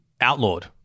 outlawed